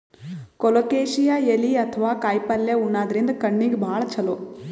colocasia ಎಲಿ ಅಥವಾ ಕಾಯಿಪಲ್ಯ ಉಣಾದ್ರಿನ್ದ ಕಣ್ಣಿಗ್ ಭಾಳ್ ಛಲೋ